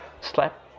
Slap